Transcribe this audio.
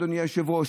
אדוני היושב-ראש,